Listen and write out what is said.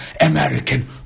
American